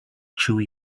chewy